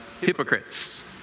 hypocrites